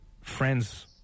friend's